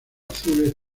azules